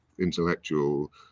intellectual